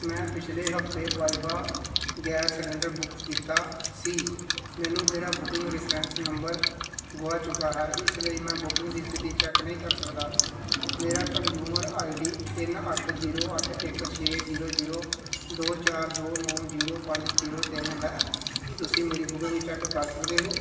ਮੈਂ ਪਿਛਲੇ ਹਫ਼ਤੇ ਵਾਈਵਾ ਗੈਸ ਸਿਲੰਡਰ ਬੁੱਕ ਕੀਤਾ ਸੀ ਮੈਨੂੰ ਮੇਰਾ ਬੁੱਕਿੰਗ ਰਿਫਰੈਂਸ ਨੰਬਰ ਗੁਆ ਚੁੱਕਾ ਹੈ ਇਸ ਲਈ ਮੈਂ ਬੁਕਿੰਗ ਦੀ ਸਥਿਤੀ ਚੈੱਕ ਨਹੀਂ ਕਰ ਸਕਦਾ ਮੇਰਾ ਕਨਜ਼ੂਮਰ ਆਈਡੀ ਤਿੰਨ ਅੱਠ ਜੀਰੋ ਅੱਠ ਇੱਕ ਛੇ ਜੀਰੋ ਜੀਰੋ ਦੋ ਚਾਰ ਦੋ ਨੌਂ ਜੀਰੋ ਪੰਜ ਜੀਰੋ ਤਿੰਨ ਹੈ ਕੀ ਤੁਸੀਂ ਮੇਰੀ ਬੁੱਕਿੰਗ ਚੈੱਕ ਕਰ ਸਕਦੇ ਹੋ